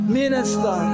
minister